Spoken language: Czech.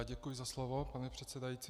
Děkuji za slovo, pane předsedající.